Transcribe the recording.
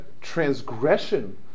transgression